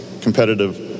competitive